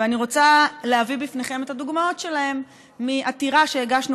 ואני רוצה להביא בפניכם את הדוגמאות שלהם מעתירה שהגשנו